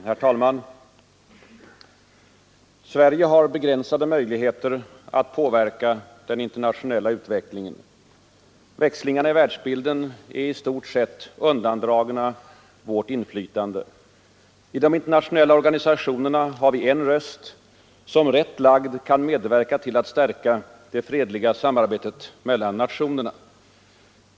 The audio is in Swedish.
Herr talman! Sverige har begränsade möjligheter att påverka den internationella utvecklingen. Växlingarna i världsbilden är i stort sett undandragna vårt inflytande. I de internationella organisationerna har vi en röst, som rätt lagd kan medverka till att stärka det fredliga samarbetet mellan nationerna.